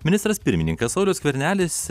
ministras pirmininkas saulius skvernelis